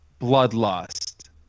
bloodlust